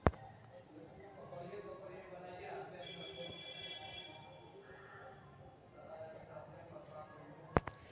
प्राकृतिक रूप से साँड के सबंध से गायवनअपने आप गर्भधारण कर लेवा हई